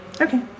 Okay